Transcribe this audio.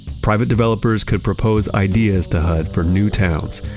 private developers could propose ideas to hud for new towns.